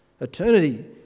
Eternity